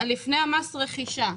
לפני מס הרכישה.